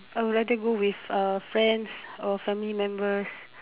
um I will let it go with um friends or family members